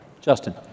Justin